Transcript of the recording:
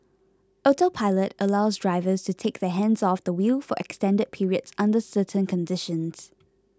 autopilot allows drivers to take their hands off the wheel for extended periods under certain conditions